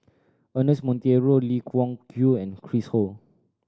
Ernest Monteiro Lee Wung Yew and Chris Ho